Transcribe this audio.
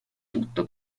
tutto